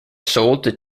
sold